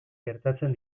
gertatzen